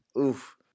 Oof